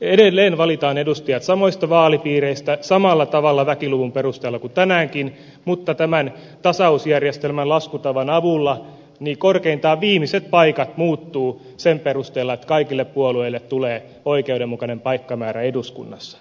edelleen valitaan edustajat samoista vaalipiireistä samalla tavalla väkiluvun perusteella kuin tänäänkin mutta tämän tasausjärjestelmän laskutavan avulla korkeintaan viimeiset paikat muuttuvat sen perusteella että kaikille puolueille tulee oikeudenmukainen paikkamäärä eduskunnassa